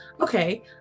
Okay